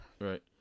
Right